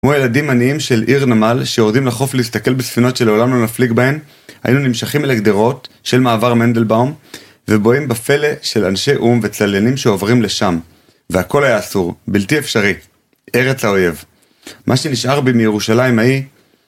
הוא הילדים עניים של עיר נמל, שיורדים לחוף להסתכל בספינות שלעולם לא נפליג בהן, היינו נמשכים אל הגדרות של מעבר מנדלבאום, ובוהים בפלא של אנשי או"ם וצליינים שעוברים לשם, והכל היה אסור, בלתי אפשרי, ארץ האויב. מה שנשאר בי מירושלים ההיא...